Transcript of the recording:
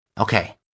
Okay